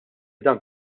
dan